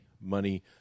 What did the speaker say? money